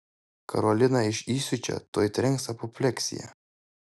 karoliną iš įsiūčio tuoj trenks apopleksija